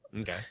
okay